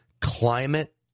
climate